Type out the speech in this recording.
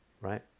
right